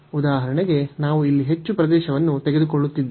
ಉದಾಹರಣೆಗೆ ನಾವು ಇಲ್ಲಿ ಹೆಚ್ಚು ಪ್ರದೇಶವನ್ನು ತೆಗೆದುಕೊಳ್ಳುತ್ತಿದ್ದೇವೆ